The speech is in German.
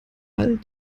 all